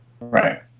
right